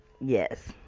Yes